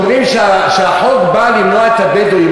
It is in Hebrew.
כשאומרים שהחוק בא למנוע אצל הבדואים,